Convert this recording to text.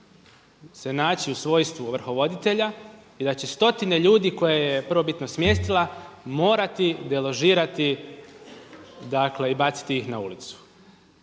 se naći u svojstvu ovrhovoditelja i da će stotine ljudi koje je prvobitno smjestila morati deložirati i baciti ih na ulicu.